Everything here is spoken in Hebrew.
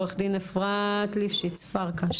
עו"ד אפרת ליפשיץ פרקש.